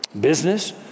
business